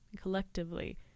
collectively